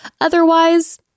Otherwise